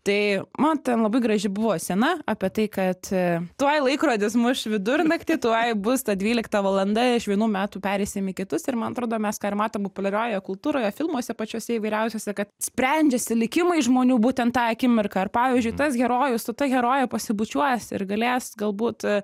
tai man ten labai graži buvo scena apie tai kad tuoj laikrodis muš vidurnaktį tuoj bus ta dvylikta valanda iš vienų metų pereisim į kitus ir man atrodo mes ką ir matom populiarioje kultūroje filmuose pačiuose įvairiausiuose kad sprendžiasi likimai žmonių būtent tą akimirką ar pavyzdžiui tas herojus su ta heroje pasibučiuos ir galės galbūt